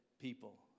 people